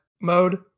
mode